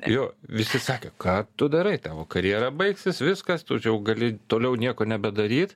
jo visi sakė ką tu darai tavo karjera baigsis viskas tu čia jau gali toliau nieko nebedaryt